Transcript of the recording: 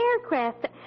Aircraft